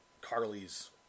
Carly's